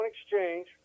exchange